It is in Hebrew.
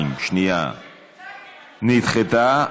2 נדחתה.